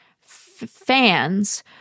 fans